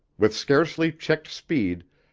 with scarcely checked speed,